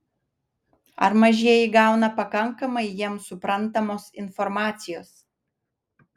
ar mažieji gauna pakankamai jiems suprantamos informacijos